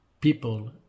people